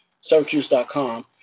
Syracuse.com